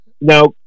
now